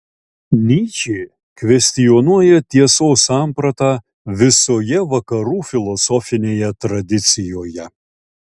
nyčė kvestionuoja tiesos sampratą visoje vakarų filosofinėje tradicijoje